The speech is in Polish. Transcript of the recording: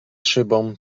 szybą